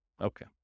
Okay